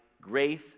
grace